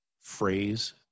phrase